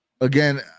again